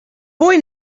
boy